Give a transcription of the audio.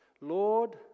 Lord